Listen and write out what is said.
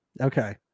Okay